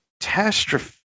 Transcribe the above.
catastrophe